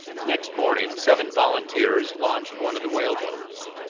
next morning seven volunteers launched one of the whaleboats,